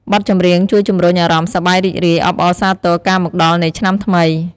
បទចម្រៀងជួយជំរុញអារម្មណ៍សប្បាយរីករាយ អបអរសាទរការមកដល់នៃឆ្នាំថ្មី។